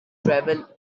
traveled